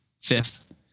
fifth